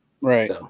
Right